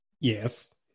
Yes